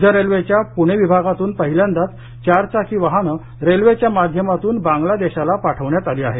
मध्य रेल्वेच्या पुणे विभागातून पहिल्यांदाच चारचाकी वाहन रेल्वेच्या माध्यमातून बांगला देशाला पाठवण्यात आली आहेत